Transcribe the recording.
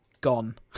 gone